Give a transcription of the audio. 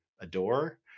adore